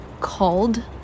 called